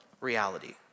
reality